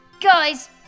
Guys